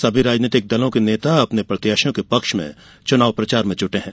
सभी राजनीतिक दलों के नेता अपने प्रत्याशियों के पक्ष में चुनाव प्रचार में जुटे हैं